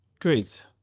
Great